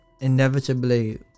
inevitably